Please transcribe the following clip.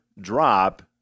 drop